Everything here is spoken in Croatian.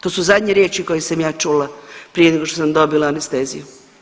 To su zadnje riječi koje sam ja čula prije nego što sam dobila anesteziju.